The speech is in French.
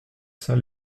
saint